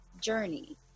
journey